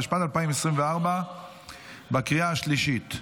התשפ"ד 2024. בקריאה השלישית,